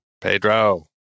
Pedro